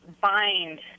bind